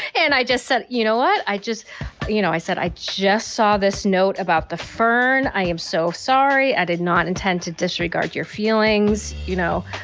and i just said, you know what? i just you know, i said i just saw this note about the fern. i am so sorry. i did not intend to disregard your feelings, you know,